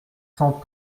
cent